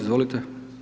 Izvolite.